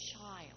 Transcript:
child